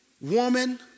Woman